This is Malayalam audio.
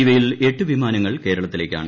ഇവയിൽ എട്ട് വിമാനങ്ങൾ കേരളത്തിലേക്കാണ്